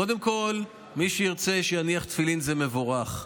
קודם כול, מי שירצה שיניח תפילין, זה מבורך.